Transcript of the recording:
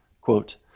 Quote